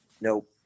nope